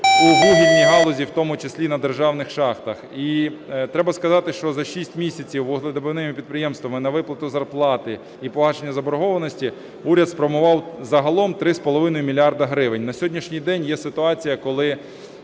у вугільній галузі, в тому числі на державних шахтах. І треба сказати, що на 6 місяців вугледобувними підприємствами на виплату зарплати і погашення заборгованості уряд спрямував загалом 3,5 мільярда гривень. На сьогоднішній день є ситуація, коли…